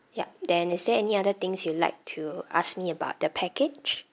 yup then is there any other things you like to ask me about the package